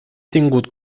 tingut